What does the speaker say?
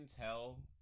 tell